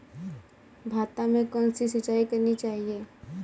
भाता में कौन सी सिंचाई करनी चाहिये?